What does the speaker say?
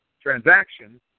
transactions